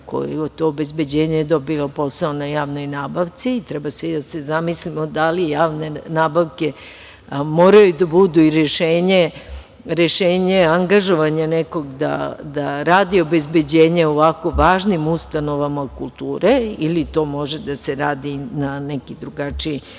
to obezbeđenje je dobilo posao na javnoj nabavci, treba svi da se zamislimo da li javne nabavke moraju da budu i rešenje angažovanja nekog da radi obezbeđenje u ovako važnim ustanovama kulture ili to može da se radi na neki drugačiji